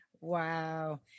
wow